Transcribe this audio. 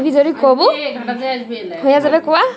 ব্যাংকের পাসবুক কি আবেদন করে বাড়িতে পোস্ট করা হবে?